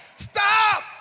Stop